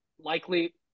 likely –